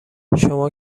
شما